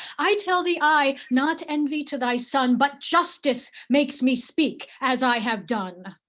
i tell thee i, not envy to thy son but justice makes me speak as i have done.